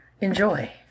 Enjoy